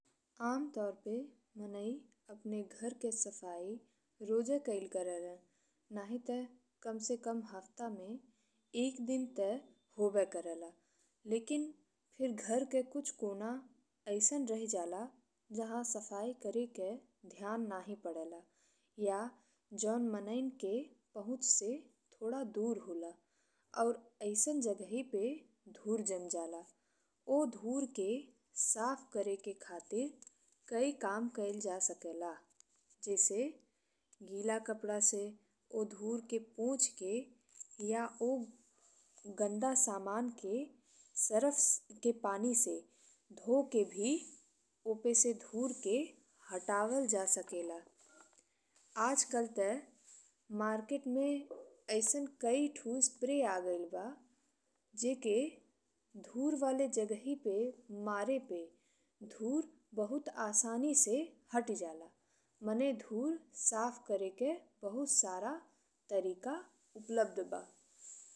आमतौर पे मनई अपने घर के सफाई रोजे कइल करेला नाहीं ते कमसेकम हफ्ता में एक दिन ते होबे करेला। लेकिन फिर घर के कुछ कोना अइसन रही जाला जहाँ सफाई करेके ध्यान नाहीं पड़ेला या जौउन मनईन के पहुँच से थोड़ दूर होला अउर अइसन जगहि पे धूर जमा जाला। ओ धूर के साफ करेके खातीर कइ काम कइल जा सकेला जैसे गीला कपड़ा से ओ धूर के पोछ के या ओ गंदा सामान के सरफ के पानी से धो के भी ओपे से धूर के हटावल जा सकेला। आजकल ते मार्केट में अइसन कइ स्प्रे आ गइल बा जेके धूर वाले जगहि पे मारे पे धूर बहुत आसानी से हटी जाला। माने धूर साफ करेके बहुत सारा तरीका उपलब्ध बा।